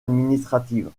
administrative